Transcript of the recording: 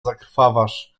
zakrawasz